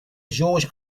jorge